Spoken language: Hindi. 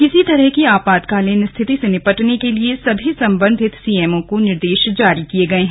किसी तरह की आपातकालीन स्थिति से निपटने के लिए सभी संबंधित सीएमओ को निर्देश जारी किये गये हैं